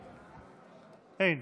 אין.